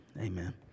amen